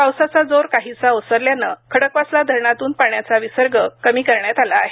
पावसाचा जोर काहीसा ओसरल्याने खडकवासला धरणातून पाण्याचा विसर्ग कमी करण्यात आला आहे